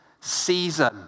season